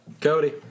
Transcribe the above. Cody